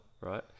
right